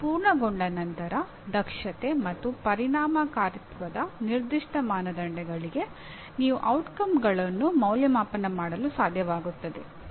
ಅದು ಪೂರ್ಣಗೊಂಡ ನಂತರ ದಕ್ಷತೆ ಮತ್ತು ಪರಿಣಾಮಕಾರಿತ್ವದ ನಿರ್ದಿಷ್ಟ ಮಾನದಂಡಗಳಿಗೆ ನೀವು ಪರಿಣಾಮಗಳನ್ನು ಮೌಲ್ಯಮಾಪನ ಮಾಡಲು ಸಾಧ್ಯವಾಗುತ್ತದೆ